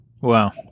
wow